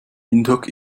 windhoek